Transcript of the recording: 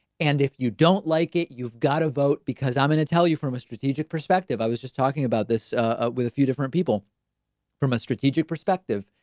and if you don't like it, you've got a vote. because i'm gonna tell you from a strategic perspective, i was just talking about this with a few different people from a strategic perspective.